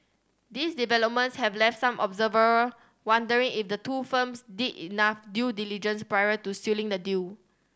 these developments have left some observer wondering if the two firms did enough due diligence prior to sealing the deal